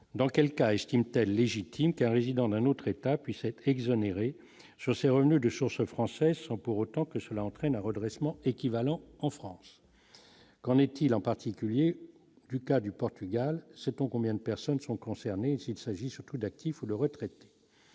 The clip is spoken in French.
Dans lequel cas estime-t-elle légitime qu'un résidant d'un autre État puisse être exonérées sur ses revenus de choses. Français, sans pour autant que cela entraîne un redressement équivalent en France, qu'en est-il, en particulier du cas du Portugal sait-on combien de personnes sont concernées, s'il s'agit surtout d'actifs ou de retraite. à